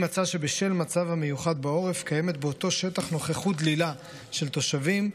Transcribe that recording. אם מצא שבשל המצב המיוחד בעורף קיימת באותו שטח נוכחות דלילה של תושבים,